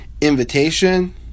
invitation